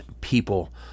people